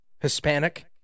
Hispanic